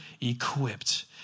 equipped